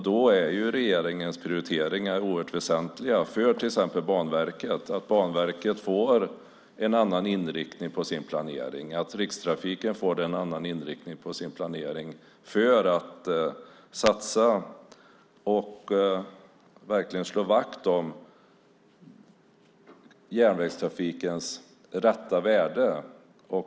Då är regeringens prioriteringar oerhört väsentliga för att till exempel Banverket och Rikstrafiken ska få en annan inriktning på sin planering och slå vakt om järnvägstrafikens rätta värde.